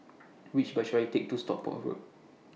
Which Bus should I Take to Stockport Road